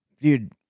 dude